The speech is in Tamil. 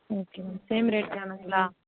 ம் ஓகே சேம் ரேட் தாணுங்களா